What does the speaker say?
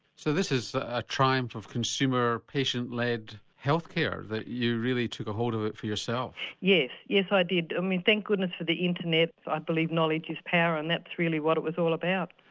so this is a triumph of consumer patient led health care that you really took a hold of it for yourself? yes, yes i did, i mean thank goodness for the internet, i believe knowledge is power and that's really what it was all about.